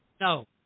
No